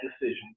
decision